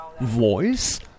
voice